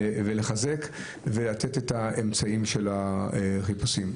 לחזק ולתת את האמצעים של חיפושים.